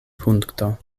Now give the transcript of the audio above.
punkto